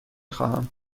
خواهم